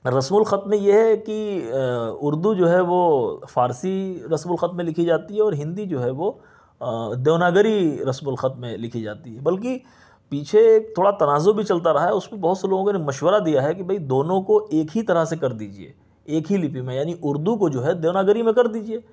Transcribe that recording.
رسم الخط میں یہ ہے کہ اردو جو ہے وہ فارسی رسم الخط میں لکھی جاتی ہے اور ہندی جو ہے وہ دیوناگری رسم الخط میں لکھی جاتی ہے بلکہ پیچھے تھوڑا تنازع بھی چلتا رہا ہے اس پہ بہت سے لوگوں نے مشورہ دیا ہے کہ بھائی دونوں کو ایک ہی طرح سے کر دیجئے ایک ہی لیپی میں یعنی اردو کو جو ہے دیوناگری میں کر دیجئے